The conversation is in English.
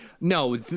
No